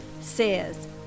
says